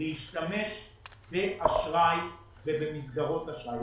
להשתמש באשראי ובמסגרות אשראי.